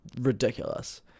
ridiculous